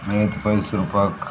Neti Mysore pak